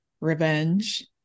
revenge